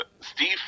Steve